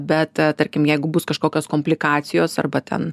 bet tarkim jeigu bus kažkokios komplikacijos arba ten